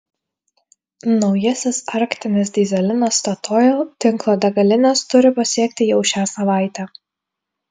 naujasis arktinis dyzelinas statoil tinklo degalines turi pasiekti jau šią savaitę